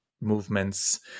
movements